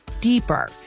deeper